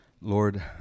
Lord